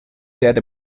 set